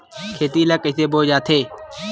खेती ला कइसे बोय जाथे?